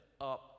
up